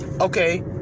okay